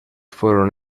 fueron